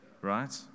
right